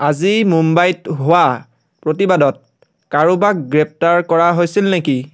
আজি মুম্বাইত হোৱা প্ৰতিবাদত কাৰোবাক গ্ৰেপ্তাৰ কৰা হৈছিল নেকি